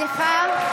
סליחה.